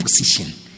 position